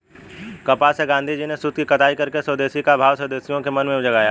कपास से गाँधीजी ने सूत की कताई करके स्वदेशी का भाव देशवासियों के मन में जगाया